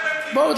בואו,